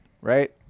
right